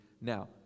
Now